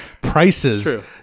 prices